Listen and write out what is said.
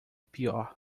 pior